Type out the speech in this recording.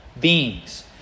beings